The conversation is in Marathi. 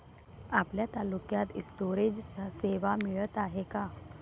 आपल्या तालुक्यात स्टोरेज सेवा मिळत हाये का?